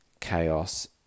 chaos